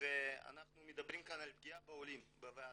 ואנחנו מדברים כאן על פגיעה בעולים בוועדה,